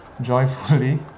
joyfully